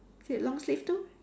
is it long sleeve too